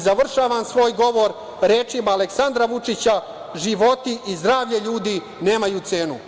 Završavam svoj govor rečima Aleksandra Vučića – Životi i zdravlje ljudi nemaju cenu.